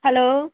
hello